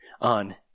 on